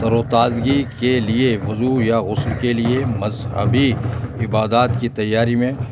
تر و تازگی کے لیے وضوء یا غسل کے لیے مذہبی عبادات کی تیاری میں